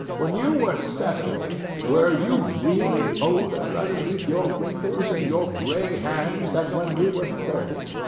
when you were seventy, were you really older underneath your wrinkles and your grey hairs than when you were thirty?